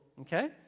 okay